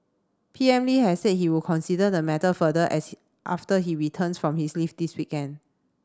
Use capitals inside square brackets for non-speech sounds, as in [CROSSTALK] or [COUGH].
P M Lee has said he would consider the matter further [UNINTELLIGIBLE] after he returns from his leave this weekend